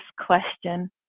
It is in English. question